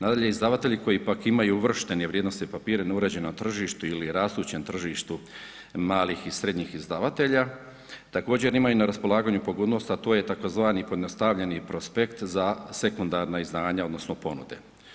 Nadalje, izdavatelji koji pak imaju uvrštene vrijednosne papire na uređenom tržištu ili rastućem tržištu malih ili srednjih izdavatelja također imaju na raspolaganju pogodnost, a to je tzv. pojednostavljeni prospekt za sekundarna izdanja odnosno ponude.